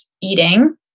eating